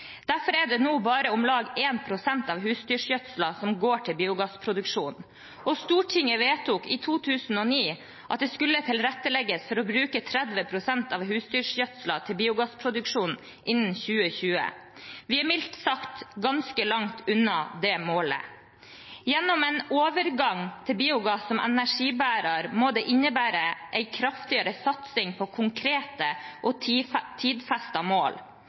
Derfor er det nå bare om lag 1 pst. av husdyrgjødselen som går til biogassproduksjon. Stortinget vedtok i 2009 at det skulle tilrettelegges for å bruke 30 pst. av husdyrgjødselen til biogassproduksjon innen 2020. Vi er mildt sagt ganske langt unna det målet. En overgang til biogass som energibærer må innebære en kraftigere satsing på konkrete og tidfestede mål.